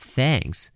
Thanks